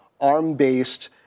ARM-based